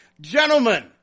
gentlemen